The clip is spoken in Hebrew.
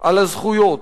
על הזכויות,